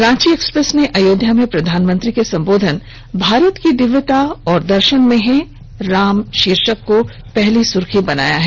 Ranchi Express ने अयोध्या में प्रधानमंत्री के संबोधन भारत की दिव्यता और दर्शन में हैं राम शीर्षक को अपनी पहली सुर्खी बनाया है